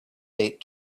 date